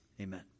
amen